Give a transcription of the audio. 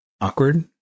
awkward